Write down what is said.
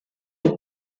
est